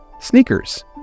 sneakers